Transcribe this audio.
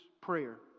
prayer